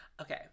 Okay